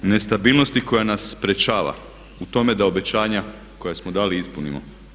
Nestabilnosti koja nas sprječava u tome da obećanja koja smo dali ispunimo.